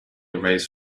raised